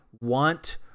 want